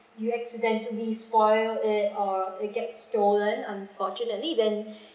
you accidentally spoilt it or it gets stolen unfortunately then